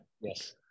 Yes